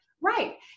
right